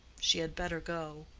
she had better go